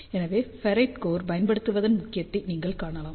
எனவே ferrite core பயன்படுத்துவதன் முக்கியத்துவத்தை நீங்கள் காணலாம்